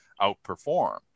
outperform